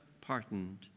pardoned